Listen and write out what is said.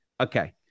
Okay